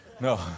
No